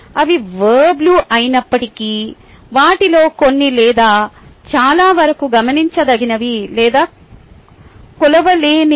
అవి వర్బ్లు అయినప్పటికీ వాటిలో కొన్ని లేదా చాలావరకు గమనించదగినవి లేదా కొలవలేనివి